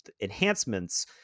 enhancements